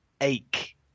ache